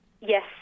Yes